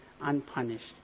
unpunished